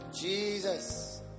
Jesus